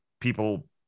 people